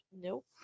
Nope